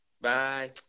bye